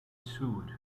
sued